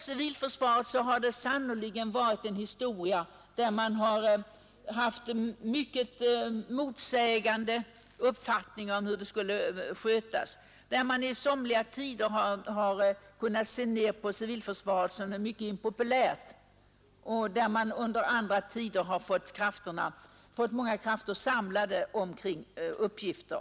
Civilförsvaret har sannerligen haft en historia, där mycket motstridiga uppfattningar gjort sig gällande tidvis; ibland har civilförsvaret varit synnerligen impopulärt och i andra tider har krafterna samlats kring civilförsvarsuppgifterna.